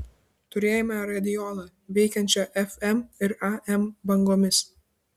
turėjome radiolą veikiančią fm ir am bangomis